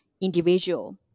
individual